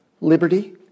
liberty